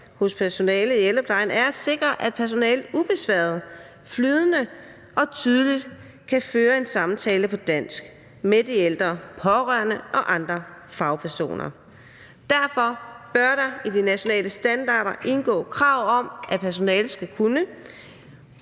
hos personalet i ældreplejen er at sikre, at personalet ubesværet, flydende og tydeligt kan føre en samtale på dansk med de ældre, de pårørende og andre fagpersoner. Derfor bør der i de nationale standarder indgå krav om, at personalet skal kunne